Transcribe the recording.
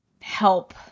Help